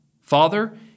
Father